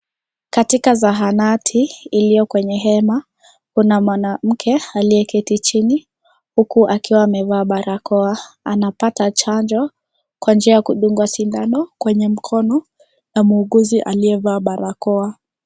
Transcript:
Katika zahanati ilio kwenye hema kuna mwanamke alie keti chini huku akiwa ameva barakoa. Anapata chanjo dkwa njia ya kudungwa shindano kwenye mkono na muhuguzi aliyevaa barakoa.